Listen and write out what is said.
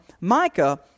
Micah